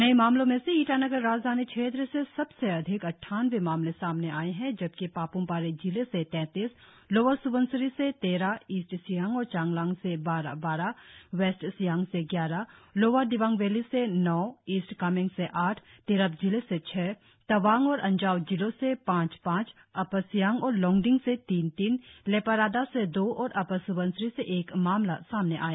नए मामलों में से ईटानगर राजधानी क्षेत्र से सबसे अधिक अद्वानबे मामले सामने आए है जबकि पाप्मपारे जिले से तैतीस लोअर स्बनसिरी से तेरह ईस्ट सियांग और चांगलांग से बारह बारह वेस्ट सियांग से ग्यारह लोअर दिबांग वैली से नौ ईस्ट कमेंग से आठ तिरप जिले से छह तवांग और अंजाव जिलों से पांच पांच अपर सियांग और लोंगडिंग से तीन तीन लेपारादा से दो और अपर स्बनसिरी से एक मामला सामने आया